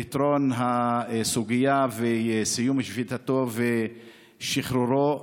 לפתרון הסוגיה וסיום שביתתו ושחרורו,